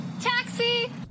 Taxi